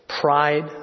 pride